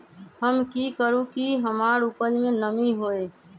हम की करू की हमार उपज में नमी होए?